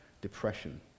depression